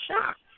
shocked